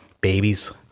babies